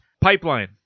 pipeline